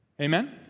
Amen